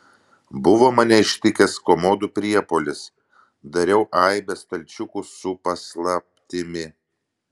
buvo mane ištikęs komodų priepuolis dariau aibę stalčiukų su paslaptimi